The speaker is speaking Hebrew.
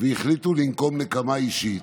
והחליטו לנקום נקמה אישית,